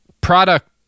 product